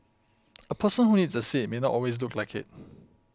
a person who needs a seat may not always look like it